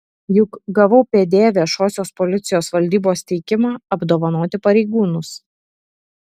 juk gavau pd viešosios policijos valdybos teikimą apdovanoti pareigūnus